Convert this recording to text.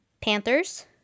panthers